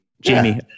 Jamie